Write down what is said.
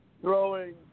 throwing